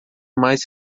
mais